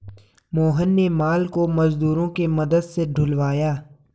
मोहन ने माल को मजदूरों के मदद से ढूलवाया